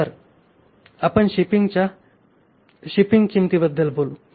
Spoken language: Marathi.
आता आपण शिपिंगच्या शिपिंग किंमतीबद्दल बोलू